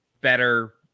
better